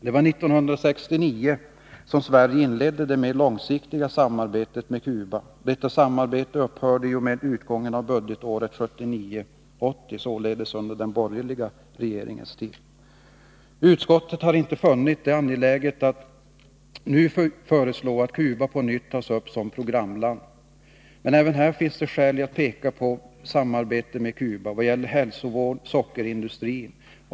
Det var 1969 som Sverige inledde det mer långsiktiga samarbetet med Cuba. Detta samarbete upphörde i och med utgången av budgetåret 1979/80, således under den borgerliga regeringstiden. Utskottet har inte funnit det angeläget att nu föreslå att Cuba på nytt tas upp som programland. Men även här finns det skäl att peka på samarbetet med Cuba i fråga om hälsovård och sockerindustri.